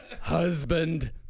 Husband